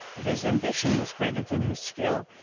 if his ambition was greater than his skill,